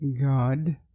God